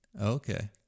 Okay